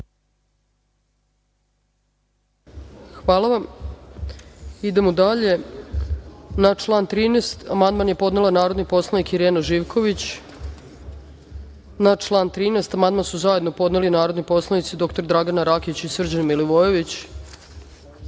Hvala vam. Idemo dalje. Na član 13. amandman je podnela narodni poslanik Irena Živković. Na član 13. amandman su zajedno podneli narodni poslanici dr Dragana Rakić i Srđan Milivojević. Na